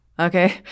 Okay